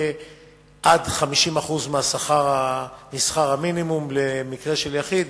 עד 50% משכר המינימום למקרה של יחיד